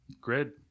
Grid